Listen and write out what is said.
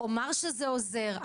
אומר שזה עוזר,